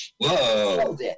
Whoa